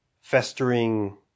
festering